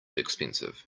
expensive